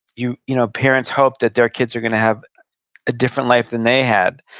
you know parents hope that their kids are gonna have a different life than they had,